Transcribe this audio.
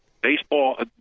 baseball